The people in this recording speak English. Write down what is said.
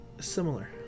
similar